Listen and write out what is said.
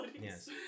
Yes